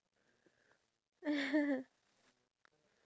male version for cat